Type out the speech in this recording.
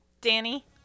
Danny